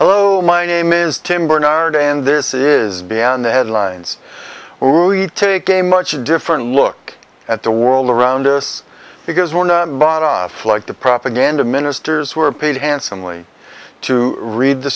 oh my name is tim bernard and this is beyond the headlines we're you take a much different look at the world around us because we're not bought off like the propaganda ministers who are paid handsomely to read the